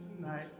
tonight